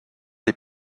est